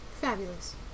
Fabulous